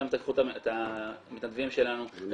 אתם תקחו את המתנדבים שלנו,